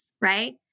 right